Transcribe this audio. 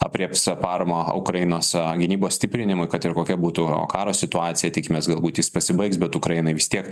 aprėps paramą ukrainos gynybos stiprinimui kad ir kokia būtų o karo situacija tikimės galbūt jis pasibaigs bet ukrainai vis tiek